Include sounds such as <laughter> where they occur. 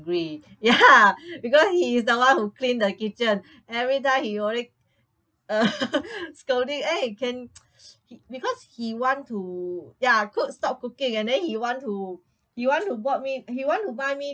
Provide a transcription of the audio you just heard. ya because he's the one who clean the kitchen everytime he uh scolding eh can <noise> he because he want to ya cook stop cooking and then he want to he want to bought me he want to buy me